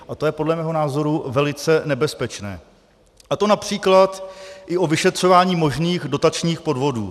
To je podle mého názoru velice nebezpečné, a to např. i o vyšetřování možných dotačních podvodů.